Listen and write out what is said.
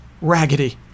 Raggedy